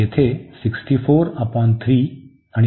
तर येथे आणि प्लस 64 आहे